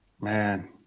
Man